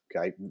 Okay